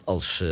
Als